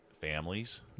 Families